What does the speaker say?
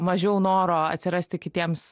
mažiau noro atsirasti kitiems